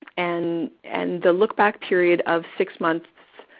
and and the look back period of six months